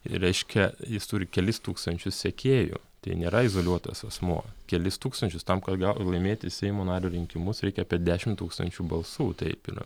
reiškia jis turi kelis tūkstančius sekėjų tai nėra izoliuotas asmuo kelis tūkstančius tam kad gali laimėti seimo nario rinkimus reikia per dešim tūkstančių balsų taip yra